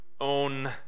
own